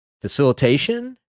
facilitation